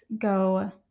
go